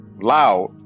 loud